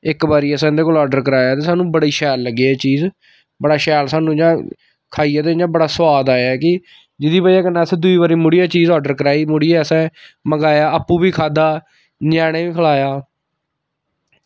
इक्क बारी असें इं'दे कोला ऑर्डर कराया ते सानूं बड़े शैल लग्गे एह् चीज़ बड़ा शैल सानूं इ'यां खाइयै ते इ'यां बड़ा सोआद आया कि जेह्दी बजह कन्नै असें दूई बारी मुड़ियै चीज़ ऑर्डर कराई मुड़ियै असें मंगाया आपूं बी खाद्धा ञ्यानें गी बी खलाया